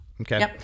Okay